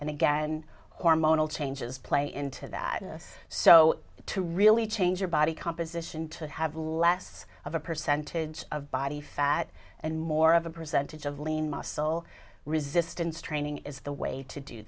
and again hormonal changes play into that so to really change your body composition to have less of a percentage of body fat and more of a percentage of lean muscle resistance training is the way to do